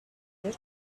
your